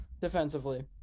defensively